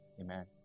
amen